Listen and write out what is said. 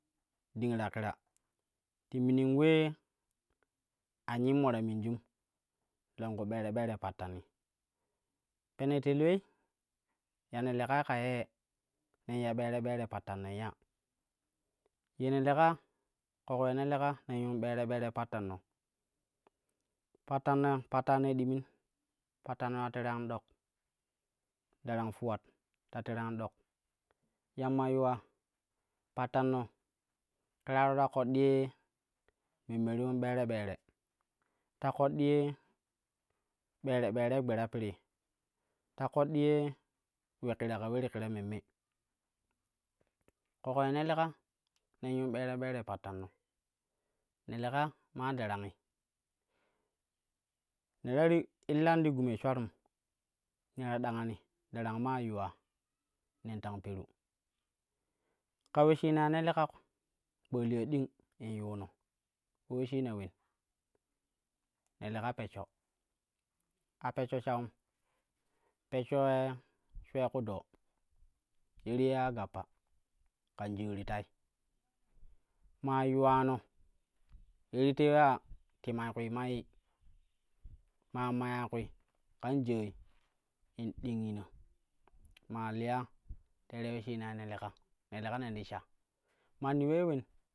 Ding ta kira, ti minin ulee a nyimmo ta minju longku ɓere-ɓere pattani. Pene telyoi ya ne lekai ka ye nen ya ɓere ɓere pattan nei ya? Ye ne leka ƙoƙo ye ne leka nen yuun ɓere ɓere pattanno pattanno, pattanei dimin, pattano ta tere an dok darang fuwat ta tere an dok. Yamma yuwa pattano kiraro ta koɗɗi ye memme ti yuun bere bere ta koɗɗi ye ɓere ɓerei gbe ta pirii, ta koɗɗi ye ule kira kira ka ule ti kira memme ƙoƙo ye ne leka nen yuun ɓere ɓere pattanno ne leka maa darangi ne ta ri, illani ti gumei shulatum ne ta dangani darang maa yuwa nen tang peru ka uleshina ye ne leka kpaliya ding in yuuno, ulo uleshing ulen ne leka peshsho a peshsho shawun, peshsho shwe ku doo ye ti ye ya gappa kan jaa ti tai maa yuwano ye ti tewi ya ti mai kwi mayii maa maya kwi kan jaai in dingina maa liya teerei weshshina ye ne leka, ne leka nen ti shamannu ulei ulen.